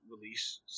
release